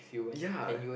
ya